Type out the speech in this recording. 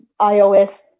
ios